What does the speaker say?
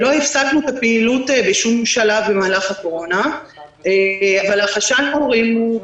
לא הפסקנו את הפעילות בשום שלב במהלך הקורונה אבל היה חשש של הורים.